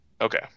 Okay